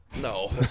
No